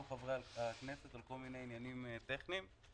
חברי הכנסת על כל מיני עניינים טכניים.